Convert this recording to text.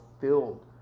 filled